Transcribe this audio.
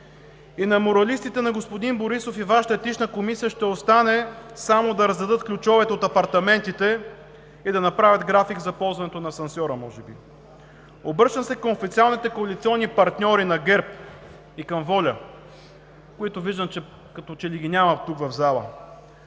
би на моралистите на господин Борисов и на Вашата етична комисия ще остане само да раздадат ключовете от апартаментите и да направят график за ползването на асансьора. Обръщам се към официалните коалиционни партньори на ГЕРБ и към ВОЛЯ, които като че ли ги няма тук в залата: